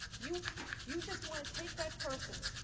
you you just want to take that person,